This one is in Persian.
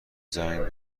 زنگ